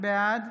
בעד